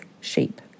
shape